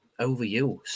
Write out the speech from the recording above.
overuse